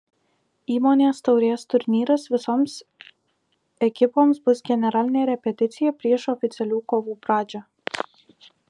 įmonės taurės turnyras visoms ekipoms bus generalinė repeticija prieš oficialių kovų pradžią